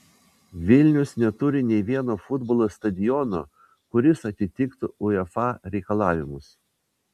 vilnius neturi nei vieno futbolo stadiono kuris atitiktų uefa reikalavimus